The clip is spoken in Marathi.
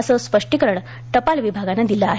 असं स्टीकरण टपाल विभागानंदिलं आहे